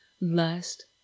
Lust